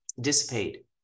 dissipate